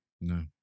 no